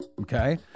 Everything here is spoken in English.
Okay